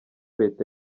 leta